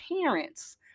parents